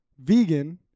vegan